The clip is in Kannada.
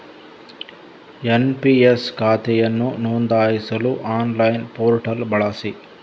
ಎನ್.ಪಿ.ಎಸ್ ಖಾತೆಯನ್ನು ನೋಂದಾಯಿಸಲು ಆನ್ಲೈನ್ ಪೋರ್ಟಲ್ ಬಳಸಿ